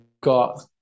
got